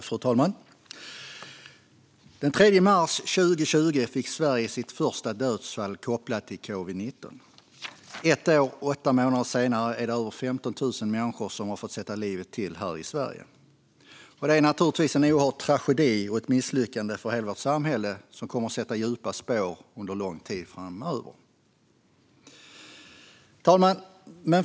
Fru talman! Den 3 mars 2020 fick Sverige sitt första dödsfall kopplat till covid-19. Ett år och åtta månader senare är det över 15 000 människor som har fått sätta livet till här i Sverige. Det är naturligtvis en oerhörd tragedi och ett misslyckande för hela vårt samhälle som kommer att sätta djupa spår under lång tid framöver. Fru talman!